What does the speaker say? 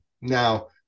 Now